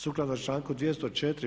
Sukladno članku 204.